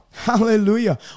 hallelujah